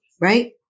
right